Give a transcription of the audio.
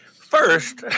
First